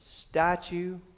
statue